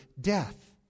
death